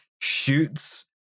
shoots